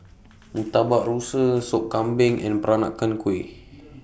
Murtabak Rusa Sop Kambing and Peranakan Kueh